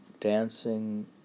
Dancing